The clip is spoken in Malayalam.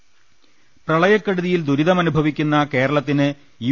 ള്ളത്ത പ്രളയക്കെടുതിയിൽ ദുരിതമനുഭവിക്കുന്ന കേരളത്തിന് യു